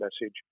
message